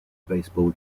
baseball